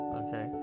okay